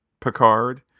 Picard